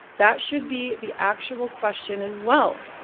that should be the actual question, as well